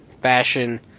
fashion